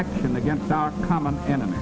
action against our common enemy